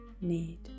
need